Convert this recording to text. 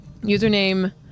Username